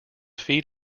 feet